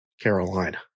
Carolina